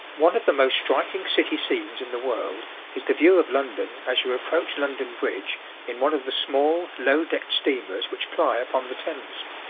one of the most striking city scenes in the world is the view of london as you approach london bridge in one of the small, low-decked steamers which ply upon the thames.